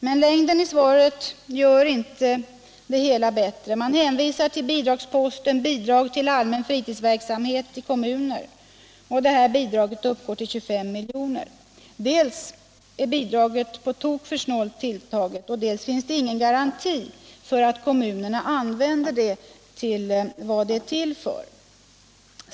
Men längden på svaret gör inte det hela bättre. Man hänvisar till anslagsposten Bidrag till allmän fritidsverksamhet i kommuner, som uppgår till 25 miljoner. Dels är det bidraget på tok för snålt tilltaget, dels finns ingen garanti för att kommunerna använder det till vad det är avsett för.